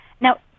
Now